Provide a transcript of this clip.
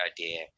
idea